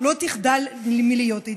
לא תחדל מלהיות אידיאל.